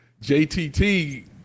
JTT